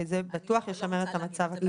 זה בטוח ישמר את המצב הקיים.